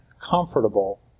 comfortable